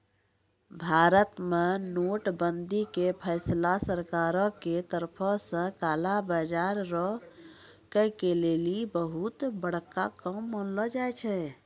भारत मे नोट बंदी के फैसला सरकारो के तरफो से काला बजार रोकै लेली बहुते बड़का काम मानलो जाय छै